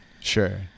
Sure